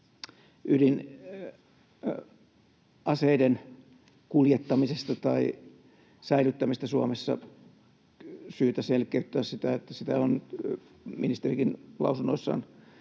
ydinaseiden kuljettamisesta tai säilyttämisestä Suomessa syytä selkeyttää, että siitä on ministerikin lausunnoissaan